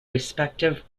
respective